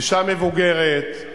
אשה מבוגרת,